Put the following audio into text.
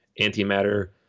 antimatter